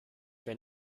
wenn